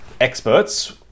experts